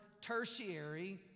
tertiary